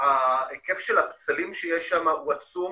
היקף הפצלים שיש שם הוא עצום.